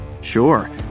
Sure